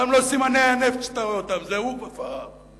מתפתחת דרום-אפריקה של התקופה הקודמת והגרועה שאתה מכיר אותה.